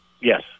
Yes